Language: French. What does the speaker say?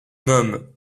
nomme